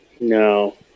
No